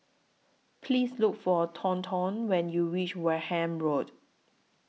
Please Look For Thornton when YOU REACH Wareham Road